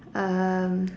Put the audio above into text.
um